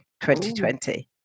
2020